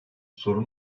sorun